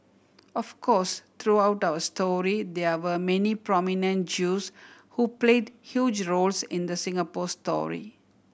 of course throughout our history there were many prominent Jews who played huge roles in the Singapore story